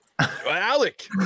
Alec